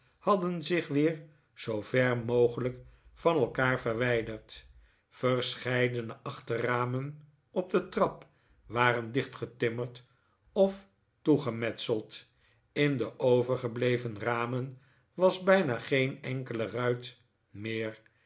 hadden zich weer zoo ver mogelijk van elkaar verwijderd verscheidene achterramen op de trap waren dichtgetimmerd of toegemetseld in de overgebleven ramen was bijna geen enkele ruit meer